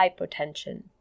hypotension